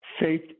faith